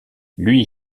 lui